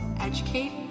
educate